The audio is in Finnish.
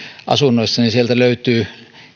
asunnoissa niin sieltä löytyy